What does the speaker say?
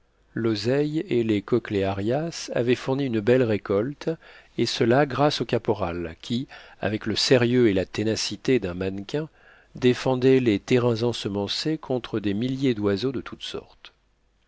l'oseille et les chochléarias avaient fourni une belle récolte et cela grâce au caporal qui avec le sérieux et la ténacité d'un mannequin défendait les terrains ensemencés contre des milliers d'oiseaux de toutes sortes